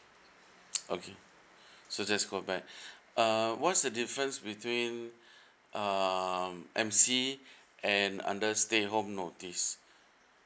okay so just go back uh what's the difference between um M_C and under stay home notice